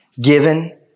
given